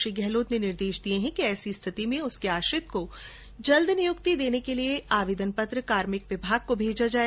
श्री गहलोत ने निर्देश दिए हैं कि ऐसी स्थिति में उसके आश्रित को जल्द नियुक्ति देने के लिए आवेदन पत्र कार्मिक विभाग को भेजा जाए